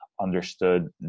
understood